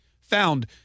found